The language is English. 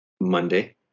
Monday